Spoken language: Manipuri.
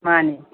ꯃꯥꯅꯦ